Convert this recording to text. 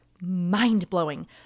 mind-blowing